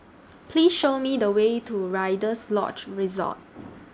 Please Show Me The Way to Rider's Lodge Resort